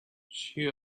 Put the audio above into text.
she